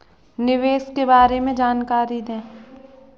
निवेश के बारे में जानकारी दें?